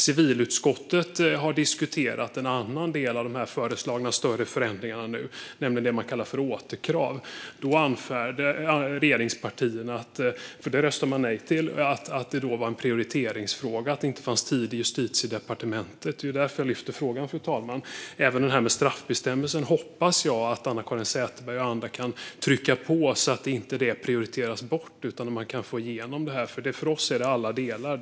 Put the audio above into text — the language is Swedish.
Civilutskottet har diskuterat en annan del av de föreslagna stöden och förändringarna, det som man kallar för återkrav. Regeringspartierna röstade nej och anförde att det var en prioriteringsfråga och att det inte fanns tid i Justitiedepartementet. Det är därför jag lyfter upp frågan, fru talman. Även när det gäller straffbestämmelser hoppas jag att Anna-Caren Sätherberg och andra kan trycka på så att det inte prioriteras bort utan att man kan få igenom det. För oss handlar det om alla delar.